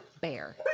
bear